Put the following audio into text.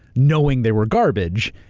knowing they were garbage,